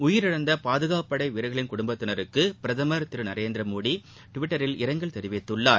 உயிரிழந்த பாதுகாப்புப் படை வீரர்களின் குடும்பத்தினருக்கு பிரதமர் திரு நரேந்திர மோடி டுவிட்டரில் இரங்கல் தெரிவித்துள்ளார்